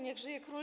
Niech żyje król!